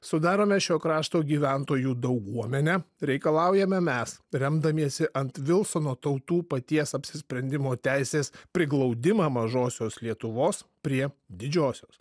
sudarome šio krašto gyventojų dauguomenę reikalaujame mes remdamiesi ant vilsono tautų paties apsisprendimo teisės priglaudimą mažosios lietuvos prie didžiosios